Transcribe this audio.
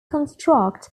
construct